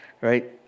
right